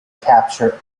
capture